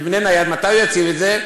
נייד, מתי הוא יציב את זה?